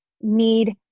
need